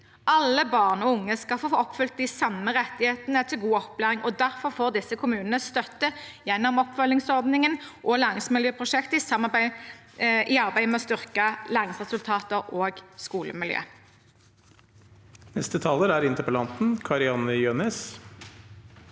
Alle barn og unge skal få oppfylt de samme rettighetene til god opplæring, og derfor får disse kommunene støtte gjennom oppfølgingsordningen og Læringsmiljøprosjektet i arbeidet med å styrke læringsresultater og skolemiljø. Kari-Anne Jønnes